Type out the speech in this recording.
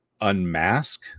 unmask